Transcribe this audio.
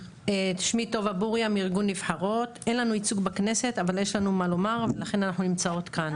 אין לנו ייצוג בכנסת אבל יש לנו מה לומר ולכן אנחנו נמצאות כאן.